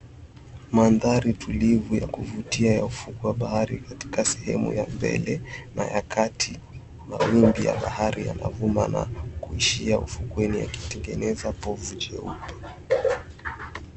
Mandhari tulivu ya kuvutia ya ufukwe wa bahari katika sehemu ya mbele na ya kati. Mawimbi ya bahari yanavuma na kuishia ufukweni yakitengeneza povu jeupe.